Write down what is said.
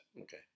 Okay